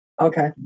Okay